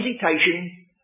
hesitation